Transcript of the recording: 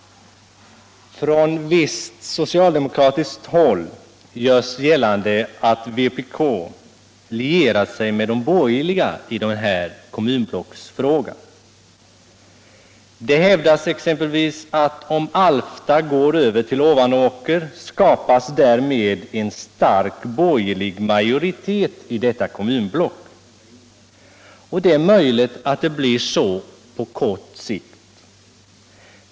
Från visst socialdemokratiskt håll görs gällande att vpk lierat sig med de borgerliga i den här kommunblocksfrågan. Det hävdas exempelvis att om Alfta går över till Ovanåker skapas därmed en stark borgerlig majoritet i detta kommunblock. Det är möjligt att det blir så på kort sikt.